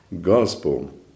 gospel